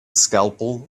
scalpel